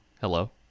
Hello